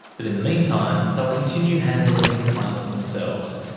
but in the meantime, they'll continue handling complaints themselves,